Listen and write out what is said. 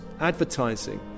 advertising